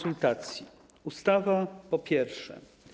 Ustawa, po pierwsze.